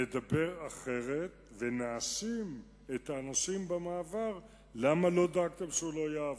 נדבר אחרת ונאשים את האנשים במעבר למה לא דאגתם שהוא לא יעבור.